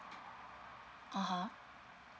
(uh huh)